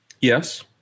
yes